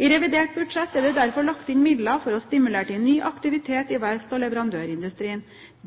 I revidert budsjett er det derfor lagt inn midler for å stimulere til ny aktivitet i verfts- og leverandørindustrien.